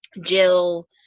Jill